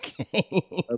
okay